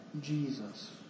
Jesus